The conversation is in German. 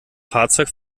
fahrzeug